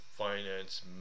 Finance